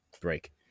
break